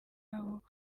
abo